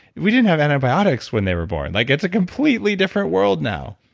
we didn't have antibiotics when they were born, like it's a completely different world now.